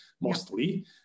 mostly